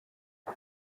qui